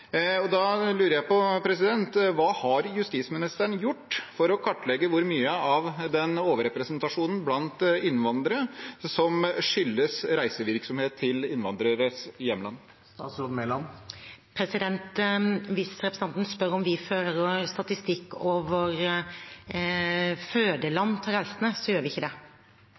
Da lurer jeg på: Hva har justisministeren gjort for å kartlegge hvor mye av den overrepresentasjonen blant innvandrere som skyldes reisevirksomhet til innvandreres hjemland? Hvis representanten spør om vi fører statistikk over fødelandet til reisende, gjør vi ikke det. Men vi fører statistikk over det meste annet når det gjelder reisende nå, og det